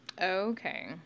Okay